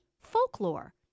folklore